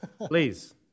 Please